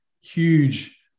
huge